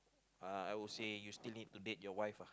uh I would say you still need to date your wife uh